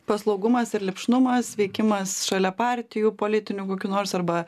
paslaugumas ir lipšnumas veikimas šalia partijų politinių kokių nors arba